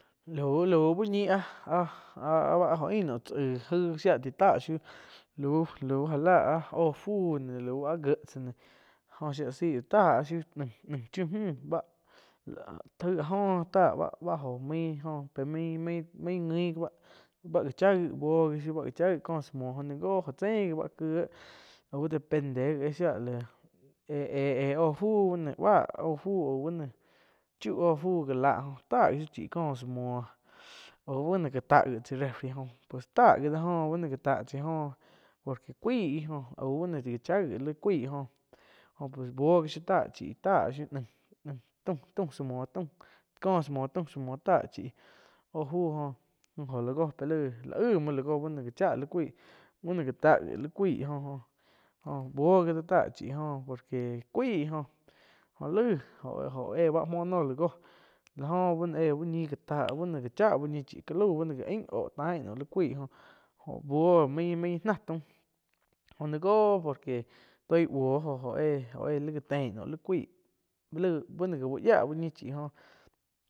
Lau-lau úh ñu áh-áh-ah jo ain naum cha aig jai shia tai tá shiu lau-lau já lá áh óh fu lau áh gié tsá joh shia la zai ta shiu chiu mü báh aig áh oh táh bá óh main jóh main-main báh gá chá gi co sa muoh jó nain jo óh chein gi ba kieh, au depende éh shía láh éh-éh óh fu báh oh fu au bá noh chiu oh fu ja láh tá gi shiu chí cóh záh muo au bá no ha ta gi pues tá gi dá oh, ba no gá ta chái oh por que cuaih óh pues buoh gi shiu táh, táh zhiu nain taum sáh muo có zá muo taum zá muo óh fu jó oh la jo lá aih muoh lá go bá náh gá cha li cuái, bpah náh ga táh li cuaih jóh-joh buoh gi táh chí jó por que cuai oh, jóh laih oh éh báh muo noh la góh láh oh ba éh úh ñi gá tá ba no gá tá uh ñi chi ca lau báh no gá ain oh tain noh li cuaih jóh buoh main náh taum oh naig jo por que toih buoh jo-jo éh li ga tein naum li cuaih laih bá no ga uh yiah uh ñi chi oh.